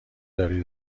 داری